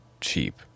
cheap